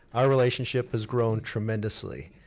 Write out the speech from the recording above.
our relationship has grown tremendously.